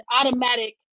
automatic